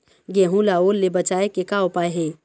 गेहूं ला ओल ले बचाए के का उपाय हे?